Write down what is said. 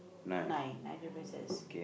nine nine differences